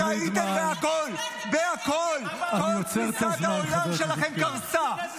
אני עוצר את הזמן, חבר הכנסת קלנר.